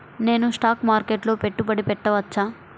నేను స్టాక్ మార్కెట్లో పెట్టుబడి పెట్టవచ్చా?